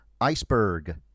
Iceberg